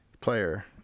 player